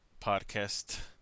podcast